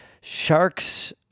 Sharks